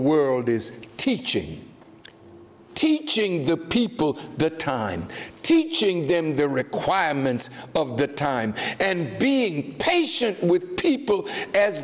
world is teaching teaching the people the time teaching them the requirements of the time and being patient with people as